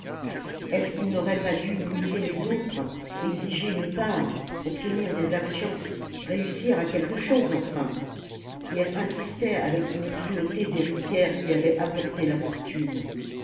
est-ce qu'il n'aurait pas dû imiter les autres exiger une part obtenir des actions réussir à quelque chose enfin et elle insistait avec une cruauté d'héritière qui avait apporté la fortune